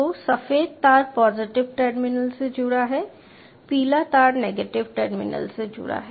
तो सफेद तार पॉजिटिव टर्मिनल से जुड़ा है पीला तार नेगेटिव टर्मिनल से जुड़ा है